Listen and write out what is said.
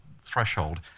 threshold